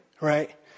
right